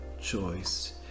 choice